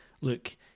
look